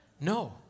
no